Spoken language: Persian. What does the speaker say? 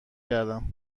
کردم